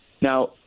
Now